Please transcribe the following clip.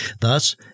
Thus